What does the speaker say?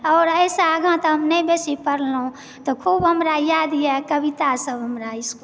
आओर एहिसँ आगाँ तऽ हम नहि बेसी पढ़लहुँ तऽ खूब हमरा यादए कवितासभ हमरा स्कूलकेँ